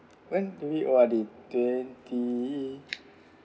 when do we O_R_D twenty